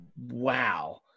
wow